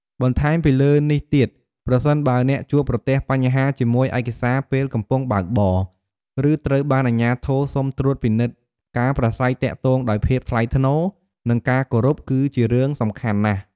បន្ថែមពីលើនេះទៀត ប្រសិនបើអ្នកជួបប្រទះបញ្ហាជាមួយឯកសារពេលកំពុងបើកបរ ឬត្រូវបានអាជ្ញាធរសុំត្រួតពិនិត្យ ការប្រាស្រ័យទាក់ទងដោយភាពថ្លៃថ្នូរ និងការគោរព គឺជារឿងសំខាន់ណាស់។